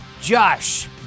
Josh